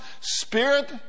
spirit